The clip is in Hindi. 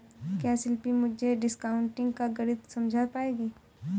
क्या शिल्पी मुझे डिस्काउंटिंग का गणित समझा पाएगी?